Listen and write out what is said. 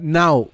now